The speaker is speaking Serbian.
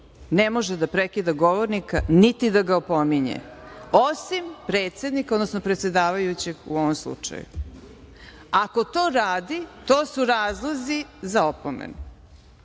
ne može da prekida govornika, niti da ga opominje, osim predsednik, odnosno predsedavajući, u ovom slučaju. Ako to radi, to su razlozi za opomenu. Dakle,